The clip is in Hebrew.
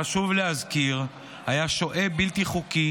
חשוב להזכיר, היה שוהה בלתי חוקי